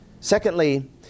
Secondly